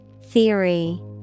Theory